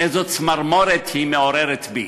איזו צמרמורת היא מעוררת בי,